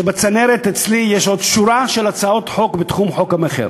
שבצנרת אצלי יש עוד שורה של הצעות חוק בתחום חוק המכר.